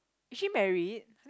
is she married